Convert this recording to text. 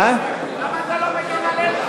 למה אתה לא מגן על אלקין?